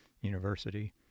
University